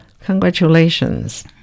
congratulations